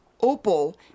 Opal